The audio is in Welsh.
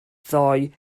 ddoi